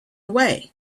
away